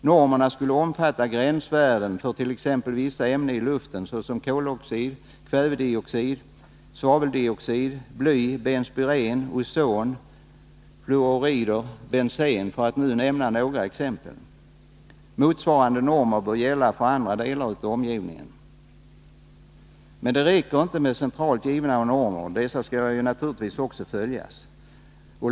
Normerna skulle omfatta gränsvärden för t.ex. vissa ämnen i luften, såsom koloxid, kväveoxid, svaveldioxid, bly, benspyren, ozon, fluorider och bensen, för att nämna några exempel. Motsvarande normer bör gälla för andra delar av omgivningen. Men det räcker inte med centralt utgivna normer — dessa skall naturligtvis också följas.